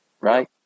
right